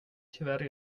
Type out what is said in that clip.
tyvärr